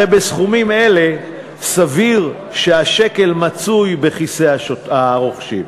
שהרי בסכומים אלה סביר שהשקל מצוי בכיסי הרוכשים.